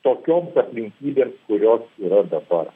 tokioms aplinkybėm kurios yra dabar